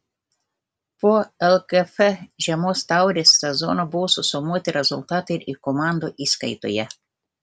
po lkf žiemos taurės sezono buvo susumuoti rezultatai ir komandų įskaitoje